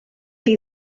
chi